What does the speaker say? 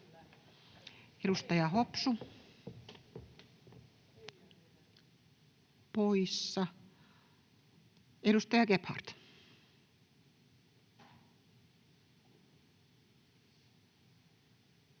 Edustaja Hopsu poissa. — Edustaja Gebhard.